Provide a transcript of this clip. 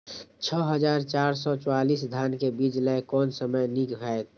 छः हजार चार सौ चव्वालीस धान के बीज लय कोन समय निक हायत?